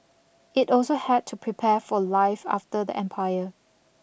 it also had to prepare for life after the empire